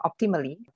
optimally